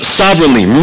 sovereignly